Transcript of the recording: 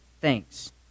thanks